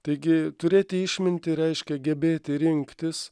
taigi turėti išmintį reiškia gebėti rinktis